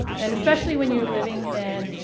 and especially when you're living in,